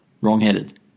wrong-headed